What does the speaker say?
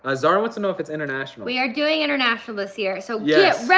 ah zara wants to know if it's international. we are doing international this year. so yeah yeah